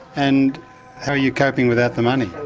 and how are you coping without the money?